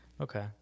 Okay